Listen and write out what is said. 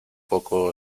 poco